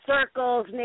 circles